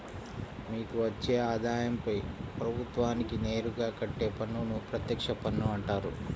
మీకు వచ్చే ఆదాయంపై ప్రభుత్వానికి నేరుగా కట్టే పన్నును ప్రత్యక్ష పన్ను అంటారు